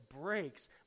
breaks